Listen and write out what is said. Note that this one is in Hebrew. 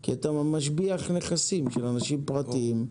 כי אתה משביח נכסים של אנשים פרטיים,